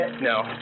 No